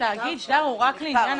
התאגיד הוא רק לעניין